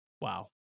wow